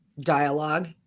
dialogue